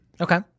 Okay